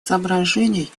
соображений